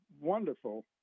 wonderful